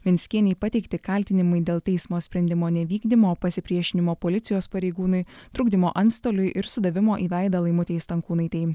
venckienei pateikti kaltinimai dėl teismo sprendimo nevykdymo pasipriešinimo policijos pareigūnui trukdymo antstoliui ir sudavimo į veidą laimutei stankūnaitei